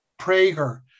Prager